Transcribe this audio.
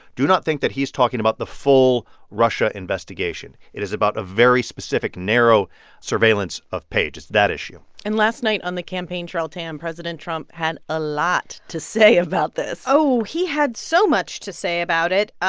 do not think that he is talking about the full russia investigation. it is about a very specific, narrow surveillance of page. it's that issue and last night on the campaign trail, tam, president trump had a lot to say about this oh, he had so much to say about it.